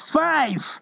five